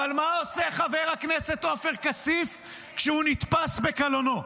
אבל מה עושה חבר הכנסת עופר כסיף כשהוא נתפס בקלונו?